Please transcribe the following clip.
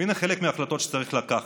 הינה חלק מההחלטות שצריך לקבל,